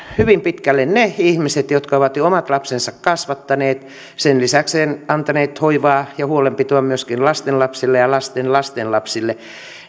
hyvin pitkälle ne ihmiset jotka ovat jo omat lapsensa kasvattaneet ja sen lisäksi antaneet hoivaa ja huolenpitoa myöskin lastenlapsille ja lastenlastenlapsille